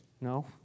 No